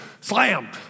Slam